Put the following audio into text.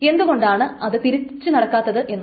എന്തുകൊണ്ടാണ് അത് തിരിച്ച് നടക്കാത്തത് എന്ന്